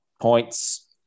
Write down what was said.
points